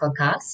podcast